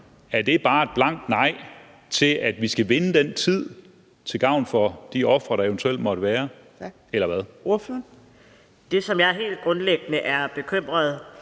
Er det bare et blankt nej til, at vi skal vinde den tid til gavn for de ofre, der eventuelt måtte være, eller hvad? Kl. 17:55 Fjerde næstformand